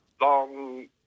Long